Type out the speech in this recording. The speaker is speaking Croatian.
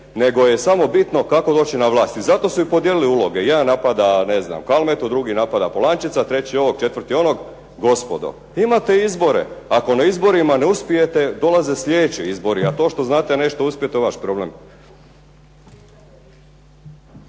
nego je samo bitno kako doći na vlast i zato su i podijelili uloge. Jedan napada ne znam Kalmetu, drugi napada Polančeca, treći ovog, četvrti onog, gospodo imate izbore. Ako na izborima ne uspijete dolaze slijedeći izbori, a to što znate da nećete uspjeti to je vaš problem.